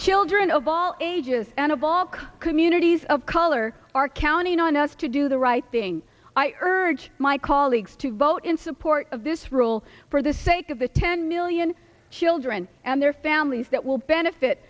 children of all ages and of all communities of color are counting on us to do the right thing i urge my colleagues to vote in support of this rule for the sake of the ten million children and their families that will benefit